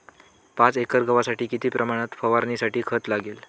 पाच एकर गव्हासाठी किती प्रमाणात फवारणीसाठी खत लागेल?